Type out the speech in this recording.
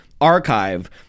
archive